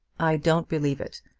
i don't believe it.